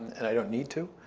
and i don't need to.